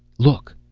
look!